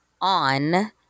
on